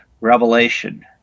revelation